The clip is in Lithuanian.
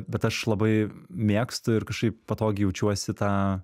bet aš labai mėgstu ir kažkaip patogiai jaučiuosi tą